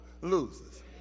loses